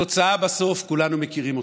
את התוצאה בסוף כולנו מכירים: